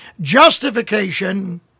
Justification